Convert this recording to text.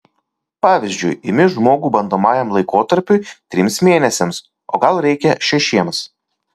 pavyzdžiui imi žmogų bandomajam laikotarpiui trims mėnesiams o gal reikia šešiems